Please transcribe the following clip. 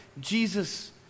Jesus